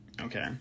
Okay